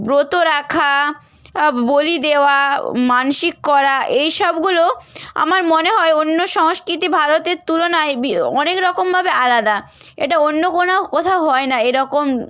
ব্রত রাখা বলি দেওয়া মানসিক করা এই সবগুলো আমার মনে হয় অন্য সংস্কৃতি ভারতের তুলনায় অনেক রকমভাবে আলাদা এটা অন্য কোনো কোথাও হয় না এরকম